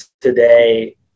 today